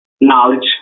Knowledge